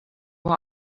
what